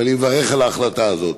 ואני מברך על ההחלטה הזאת.